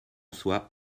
soit